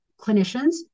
clinicians